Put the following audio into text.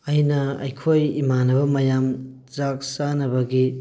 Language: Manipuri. ꯑꯩꯅ ꯑꯩꯈꯣꯏ ꯏꯃꯥꯟꯅꯕ ꯃꯌꯥꯝ ꯆꯥꯛ ꯆꯥꯅꯕꯒꯤ